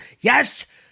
Yes